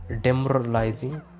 demoralizing